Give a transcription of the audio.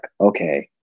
okay